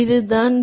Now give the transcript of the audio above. எனவே இதுதான்